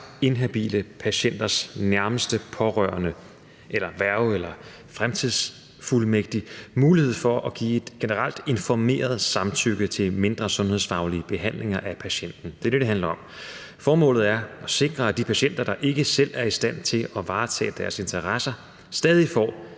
inhabile patienters nærmeste pårørende eller værge eller fremtidsfuldmægtig mulighed for at give et generelt informeret samtykke til mindre sundhedsfaglige behandlinger af patienten. Det er det, det handler om. Formålet er at sikre, at de patienter, der ikke selv er i stand til at varetage deres interesser, stadig får